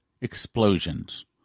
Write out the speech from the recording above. explosions